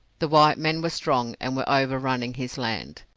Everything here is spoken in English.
the white men were strong and were overrunning his land.